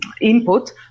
Input